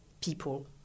people